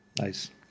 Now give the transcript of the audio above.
Nice